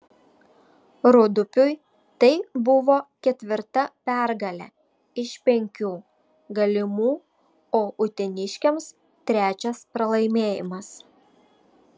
rūdupiui tai buvo ketvirta pergalė iš penkių galimų o uteniškiams trečias pralaimėjimas